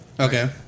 Okay